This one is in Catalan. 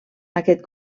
aquest